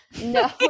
No